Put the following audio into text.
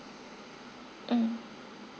mm